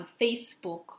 Facebook